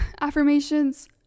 affirmations